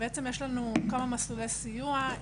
יש לנו כמה מסלולי סיוע,